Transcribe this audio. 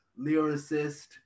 lyricist